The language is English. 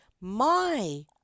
My